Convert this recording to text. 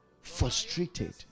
frustrated